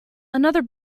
another